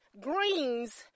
greens